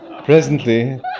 Presently